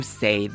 say